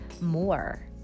more